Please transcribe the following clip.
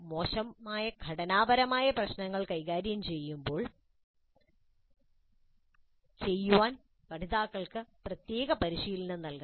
മോശമായ ഘടനാപരമായ പ്രശ്നങ്ങൾ കൈകാര്യം ചെയ്യാൻ പഠിതാക്കൾക്ക് പരിശീലനം നൽകണം